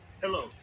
Hello